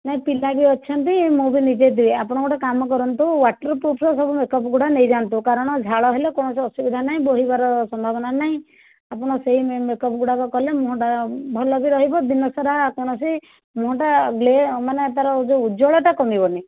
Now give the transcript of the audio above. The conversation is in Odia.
ନାହିଁ ପିଲା ବି ଅଛନ୍ତି ମୁଁ ବି ନିଜେ ଦିଏ ଆପଣ ଗୋଟେ କାମ କରନ୍ତୁ ୱାଟର୍ପ୍ରୁଫର ସବୁ ମେକଅପ୍ ଗୁଡ଼ା ନେଇଯାଆନ୍ତୁ କାରଣ ଝାଳ ହେଲେ କୌଣସି ଅସୁବିଧା ନାହିଁ ବୋହିବାର ସମ୍ଭାବନା ନାହିଁ ଆପଣ ସେହି ମେକଅପ୍ ଗୁଡ଼ାକ କଲେ ମୁଁହଟା ଭଲ ବି ରହିବ ଦିନସାରା କୌଣସି ମୁଁହଟା ଗ୍ଲେ ମାନେ ତା'ର ଯେଉଁ ଉଜ୍ବଳଟା କମିବନି